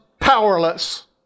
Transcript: powerless